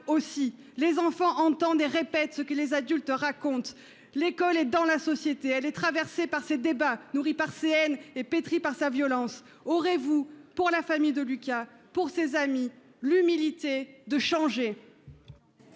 aussi. Les enfants entendent et répètent ce que les adultes racontent. L'école est dans la société. Elle est traversée par ses débats, nourrie par ses haines et pétrie par sa violence. Aurez-vous pour la famille de Lucas, pour ses amis, l'humilité de changer ?